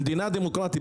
במדינה דמוקרטית,